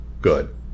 Good